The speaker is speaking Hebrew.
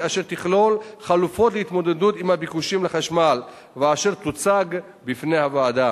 אשר תכלול חלופות להתמודדות עם הביקושים לחשמל ואשר תוצג בפני הוועדה.